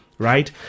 right